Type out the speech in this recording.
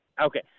okay